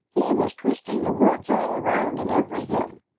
he was twisting the words all around in every hymn.